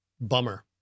Bummer